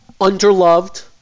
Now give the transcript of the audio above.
under-loved